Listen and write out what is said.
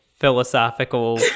philosophical